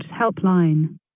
helpline